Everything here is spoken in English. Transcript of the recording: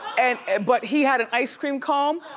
and and but he had an ice cream cone,